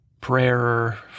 prayer